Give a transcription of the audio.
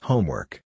Homework